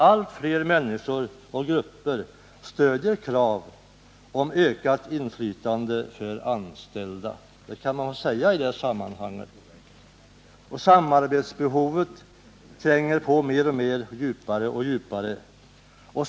Allt fler människor och grupper stödjer krav på ökat inflytande för de anställda, och samarbetsbehovet tränger på mer och mer och går djupare och djupare.